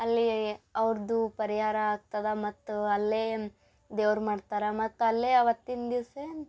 ಅಲ್ಲಿ ಅವ್ರದ್ದು ಪರಿಹಾರ ಆಗ್ತದೆ ಮತ್ತು ಅಲ್ಲಿ ದೇವರು ಮಾಡ್ತಾರ ಮತ್ತು ಅಲ್ಲಿ ಅವತ್ತಿನ ದಿವಸ